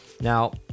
Now